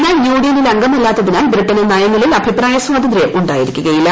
എന്നാൽ യൂണിയനിൽ അംഗമല്ലാത്തത്തിനാൽ ബ്രിട്ടന് നയങ്ങളിൽ അഭിപ്രായ സ്വാതന്ത്ര്യം ഉണ്ടായിരിക്കുക്ക് യീല്ല